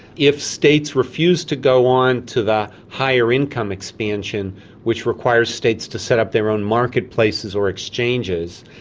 if states refuse to go on to the higher income expansion which requires states to set up their own marketplaces or exchanges,